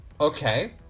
Okay